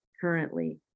currently